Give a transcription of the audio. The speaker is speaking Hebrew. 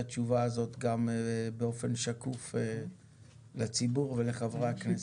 התשובה הזאת גם באופן שקוף לציבור ולחברי הכנסת.